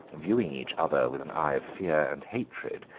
viewing each other with an eye of fear and hatred,